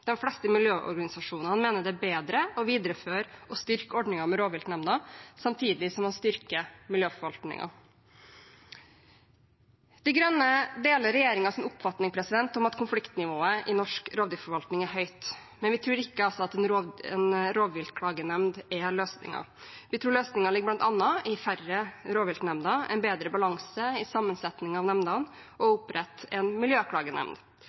fleste miljøorganisasjonene mener det er bedre å videreføre og styrke ordningen med rovviltnemndene samtidig som man styrker miljøforvaltningen. Miljøpartiet De Grønne deler regjeringens oppfatning om at konfliktnivået i norsk rovdyrforvaltning er høyt, men vi tror ikke at en rovviltklagenemnd er løsningen. Vi tror løsningen bl.a. ligger i færre rovviltnemnder, en bedre balanse i sammensetningen av nemndene og å opprette en miljøklagenemnd.